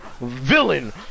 villain